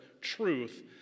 truth